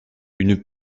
une